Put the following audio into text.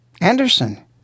Anderson